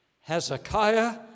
Hezekiah